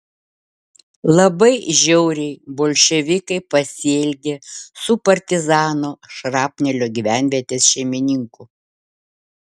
labai žiauriai bolševikai pasielgė su partizano šrapnelio gyvenvietės šeimininku